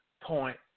point